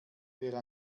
wer